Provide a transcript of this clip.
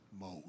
mode